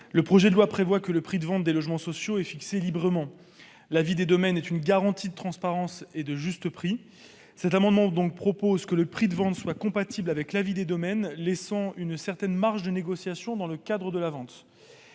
Le projet de loi prévoit que le prix de vente des logements sociaux est fixé librement. L'avis des domaines est une garantie de transparence et de juste prix. Nous proposons donc que le prix de vente soit compatible avec l'avis des domaines, laissant une certaine marge de négociation dans le cadre de la vente.